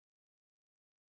okay